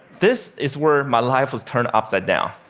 this is where my life was turned upside down.